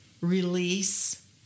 release